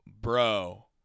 bro